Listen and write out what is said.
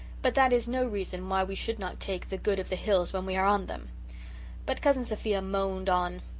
but that is no reason why we should not take the good of the hills when we are on them but cousin sophia moaned on.